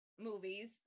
Movies